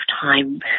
time